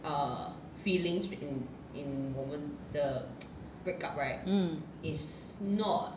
mm